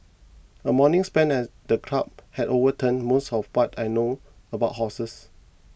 a morning spent at the club has overturned most of what I know about horses